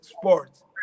sports